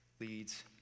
leads